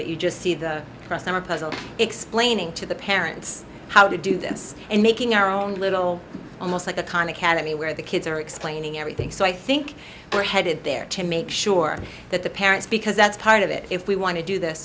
but you just see the cross on our puzzle explaining to the parents how to do this and making our own little almost like a kind academy way the kids are explaining everything so i think we're headed there to make sure that the parents because that's part of it if we want to do this